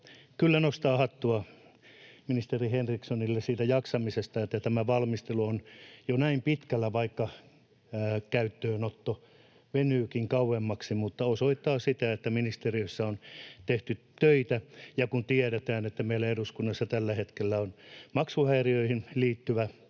kyllä nostaa hattua ministeri Henrikssonille siitä jaksamisesta, että tämän valmistelu on jo näin pitkällä. Vaikka käyttöönotto venyykin kauemmaksi, tämä osoittaa sitä, että ministeriössä on tehty töitä, varsinkin kun tiedetään, että meillä eduskunnassa tällä hetkellä on maksuhäiriöihin liittyvä,